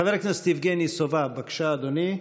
חבר הכנסת יבגני סובה, בבקשה, אדוני,